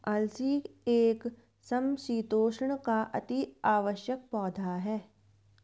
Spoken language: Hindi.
अलसी एक समशीतोष्ण का अति आवश्यक पौधा है